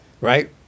Right